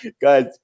Guys